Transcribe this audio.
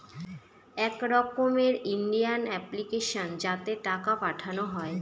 এক রকমের Indian application যাতে টাকা পাঠানো হয়